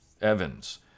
Evans